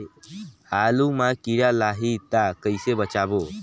आलू मां कीड़ा लाही ता कइसे बचाबो?